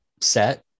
set